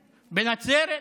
בנצרת.